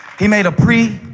he made a pre-cision.